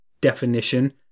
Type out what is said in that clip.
definition